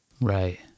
right